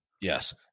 yes